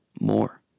more